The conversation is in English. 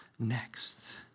next